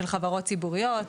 של חברות ציבוריות,